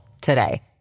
today